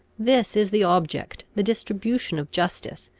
this is the object, the distribution of justice,